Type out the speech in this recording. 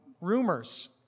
Rumors